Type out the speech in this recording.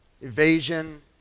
evasion